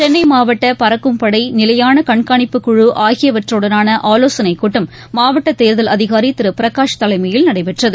சென்னை மாவட்ட பறக்கும் படை நிலையான கண்காணிப்புக் குழு ஆகியவற்றடனான ஆலோசனைக் கூட்டம் மாவட்ட தேர்தல் அதிகாரி திரு பிரகாஷ் தலைமையில் நடைபெற்றது